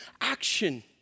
action